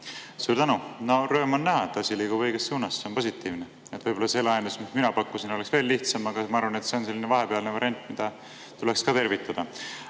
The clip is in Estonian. Suur tänu! No rõõm on näha, et asi liigub õiges suunas, see on positiivne. Võib-olla see lahendus, mis mina pakkusin, oleks veel lihtsam, aga ma arvan, et [pakutav] on selline vahepealne variant, mida tuleks ka tervitada.